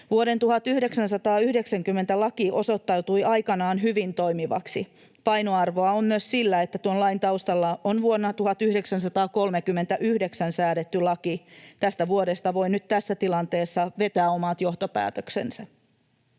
Vuoden 1990 laki osoittautui aikanaan hyvin toimivaksi. Painoarvoa on myös sillä, että tuon lain taustalla on vuonna 1939 säädetty laki — tästä vuodesta voi nyt tässä tilanteessa vetää omat johtopäätöksensä.